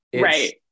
right